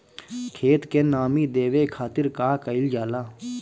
खेत के नामी देवे खातिर का कइल जाला?